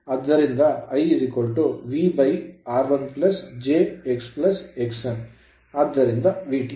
ಆದ್ದರಿಂದ I v r1 j x x m ಆದ್ದರಿಂದ VT